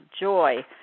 joy